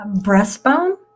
breastbone